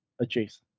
adjacent